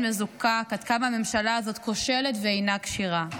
מזוקק עד כמה הממשלה הזאת כושלת ואינה כשירה.